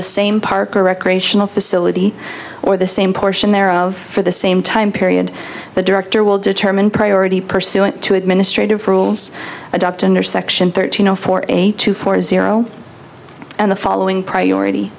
the same park or recreational facility or the same portion thereof for the same time period the director will determine priority pursuant to administrative rules adopt intersection thirteen zero four eight two four zero and the following priority